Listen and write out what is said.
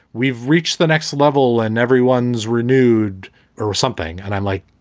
we've reached the next level and everyone's renewed or something. and i'm like,